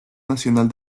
nacional